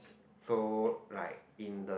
so like in the